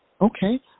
Okay